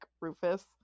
Rufus